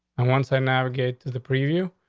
and once i navigate to the preview,